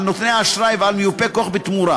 על נותני האשראי ועל מיופי כוח בתמורה.